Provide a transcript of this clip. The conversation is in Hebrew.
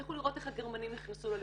לכו לראות איך הגרמנים נכנסו ללבבות,